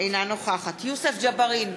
אינה נוכחת יוסף ג'בארין,